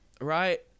Right